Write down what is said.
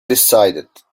decided